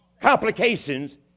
complications